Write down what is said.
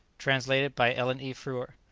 translated by ellen e. frewer